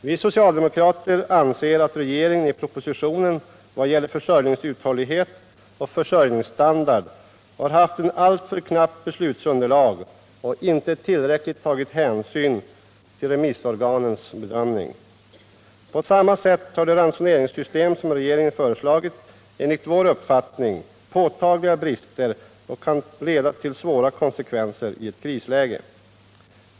Vi socialdemokrater anser att regeringen i propositionen vad gäller försörjningsuthållighet och försörjningsstandard har haft ett alltför knappt beslutsunderlag och inte tillräckligt tagit hänsyn till remissorganens bedömning. På samma sätt har det ransoneringssystem som regeringen föreslagit enligt våra uppfattningar påtagliga brister och kan leda till svåra konsekvenser i ett krisläge.